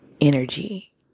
energy